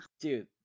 Dude